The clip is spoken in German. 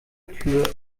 tür